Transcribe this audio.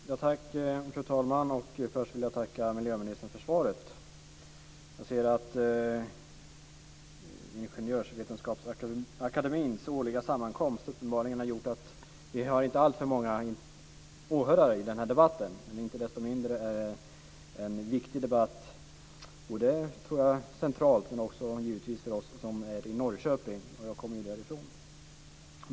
Fru talman! Först vill jag tacka miljöministern för svaret. Jag ser att Ingenjörsvetenskapsakademiens årliga sammankomst uppenbarligen har gjort att vi inte har alltför många åhörare till den här debatten. Inte desto mindre är det en viktig debatt både centralt och givetvis för oss i Norrköping - jag kommer ju därifrån.